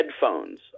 headphones